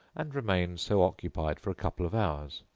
and remained so occupied for a couple of hours,